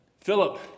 Philip